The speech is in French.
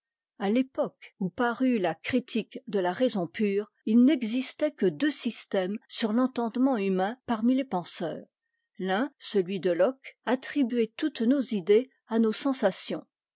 a l'époque où parut la cw me de la raison pure il n'existait que deux systèmes sur t'entendement humain parmi les penseurs l'un celui de locke attribuait toutes nos idées à nos sensations